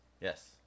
Yes